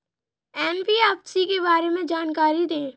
NBFC के बारे में जानकारी दें?